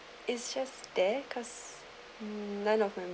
is just there cause none of them